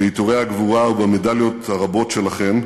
בעיטורי הגבורה ובמדליות הרבות שלכם,